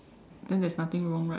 then there's nothing wrong right